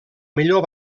millor